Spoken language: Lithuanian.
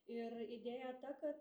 ir idėja ta kad